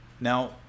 Now